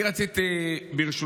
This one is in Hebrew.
אני רציתי לשאול,